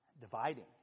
dividing